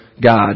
God